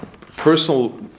personal